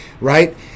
right